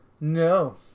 No